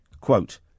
Quote